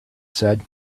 said